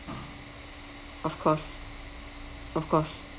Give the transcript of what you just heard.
of course of course